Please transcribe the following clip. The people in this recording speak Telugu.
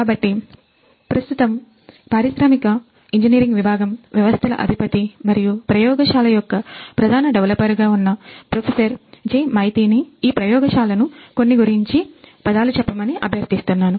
కాబట్టి ప్రస్తుతం పారిశ్రామిక ఇంజనీరింగ్ విభాగం వ్యవస్థల అధిపతి మరియు ప్రయోగశాల యొక్క ప్రధాన డెవలపర్ గా ఉన్న ప్రొఫెసర్ జె మైతీని ఈ ప్రయోగశాలను కొన్ని గురించి కొన్ని పదాలు చెప్పమని అభ్యర్థిస్తున్నాను